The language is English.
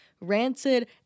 Rancid